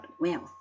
wealth